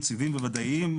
יציבים ו-ודאיים.